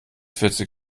vierzig